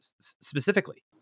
specifically